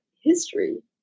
history